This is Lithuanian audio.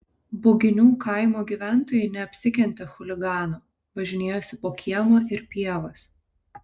buginių kaimo gyventojai neapsikentė chuliganų važinėjosi po kiemą ir pievas